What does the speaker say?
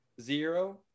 zero